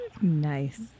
Nice